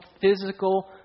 physical